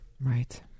right